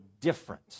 different